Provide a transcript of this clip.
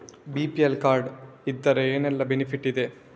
BPL card ಇದ್ರೆ ಏನೆಲ್ಲ benefit ಇದೆ?